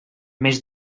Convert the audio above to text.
més